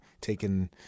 taken